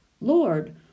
Lord